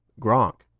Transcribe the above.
Gronk